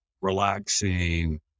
relaxing